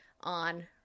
on